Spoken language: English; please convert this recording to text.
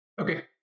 Okay